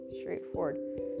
straightforward